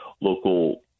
local